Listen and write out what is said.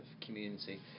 community